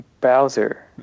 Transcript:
Bowser